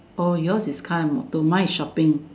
oh yours is car and motor mine is shopping